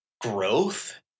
growth